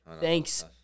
Thanks